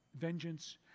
vengeance